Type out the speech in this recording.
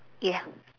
ya